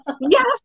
yes